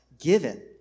given